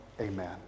Amen